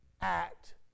act